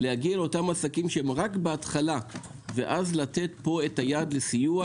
להגיע לאותם עסקים שהם רק בהתחלה ואז לתת פה את היד לסיוע,